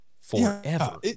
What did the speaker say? forever